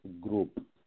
Group